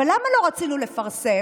אבל למה לא רצינו לפרסם?